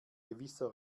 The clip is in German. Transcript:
gewisser